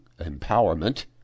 empowerment